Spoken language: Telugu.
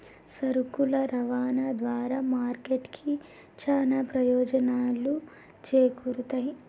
సరుకుల రవాణా ద్వారా మార్కెట్ కి చానా ప్రయోజనాలు చేకూరుతయ్